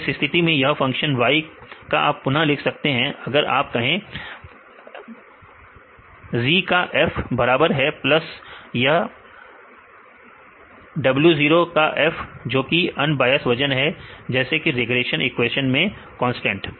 तो इस स्थिति में यह फंक्शन y को आप पुनः लिख सकते हैं अगर आप कहें f of z बराबर है प्लस यह f of w0 जोकि अनबायस वजन है जैसे कि रिग्रेशन इक्वेशन में कांस्टेंट